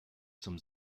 zum